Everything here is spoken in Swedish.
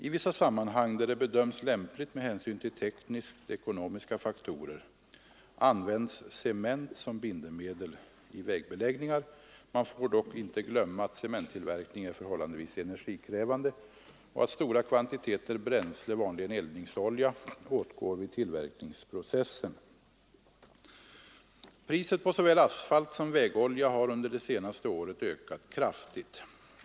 I vissa sammanhang — där det bedöms lämpligt med hänsyn till teknisk-ekonomiska faktorer — används cement som bindemedel i vägbeläggningar. Man får dock inte glömma att cementtillverkning är förhållandevis energikrävande och att stora kvantiteter bränsle, vanligen eldningsolja, åtgår vid tillverkningsprocessen. Priset på såväl asfalt som vägolja har under det senaste året ökat kraftigt.